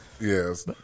yes